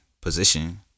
position